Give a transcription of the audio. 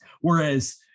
whereas